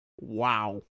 Wow